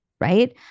right